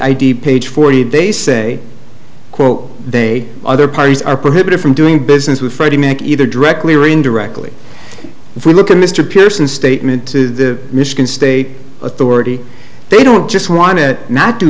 id page forty they say quote they other parties are prohibited from doing business with freddie mac either directly or indirectly if we look at mr pearson statement to the michigan state authority they don't just want to not do